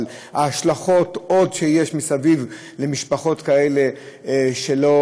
אבל יש עוד השלכות מסביב למשפחות כאלה שלא